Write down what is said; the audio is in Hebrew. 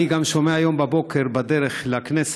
אני גם שומע היום בבוקר, בדרך לכנסת,